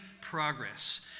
progress